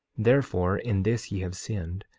therefore in this ye have sinned,